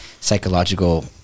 psychological